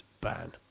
ban